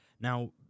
Now